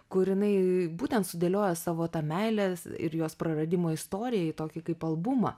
kur jinai būtent sudėlioja savo tą meilės ir jos praradimo istorijai tokį kaip albumą